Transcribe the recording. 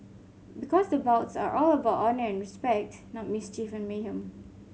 because the bouts are all about honour and respect not mischief and mayhem